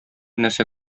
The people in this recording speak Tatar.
нәрсә